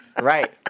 Right